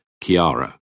chiara